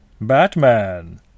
Batman